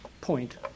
point